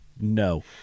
no